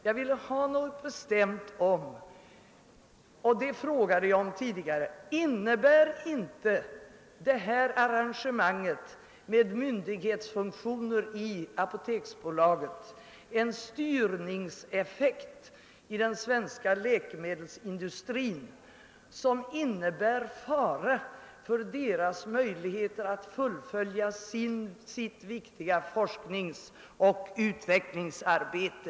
Jag ville ha ett bestämt uttalande, huruvida inte detta arrangemang med myndighetsfunktioner i apoteksbolaget innebär en styrning av den svenska läkemedelsindustrin som utgör en fara för dess möjligheter att fullfölja sitt viktiga forskningsoch utvecklingsarbete.